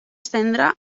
estendre